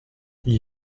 gli